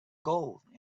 gold